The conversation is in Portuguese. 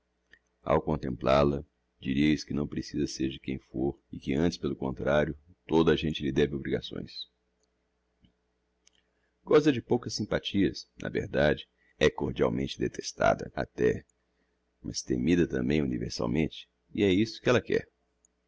ao contemplál a dirieis que não precisa seja de quem fôr e que antes pelo contrario toda a gente lhe deve obrigações goza de poucas sympathias na verdade é cordialmente detestada até mas temida tambem universalmente e é isso que ella quer